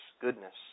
goodness